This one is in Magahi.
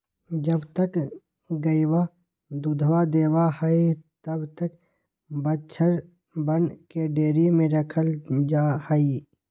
जब तक गयवा दूधवा देवा हई तब तक बछड़वन के डेयरी में रखल जाहई